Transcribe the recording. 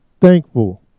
thankful